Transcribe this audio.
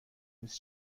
نیست